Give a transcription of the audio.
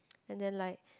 and then like